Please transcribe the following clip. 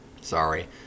sorry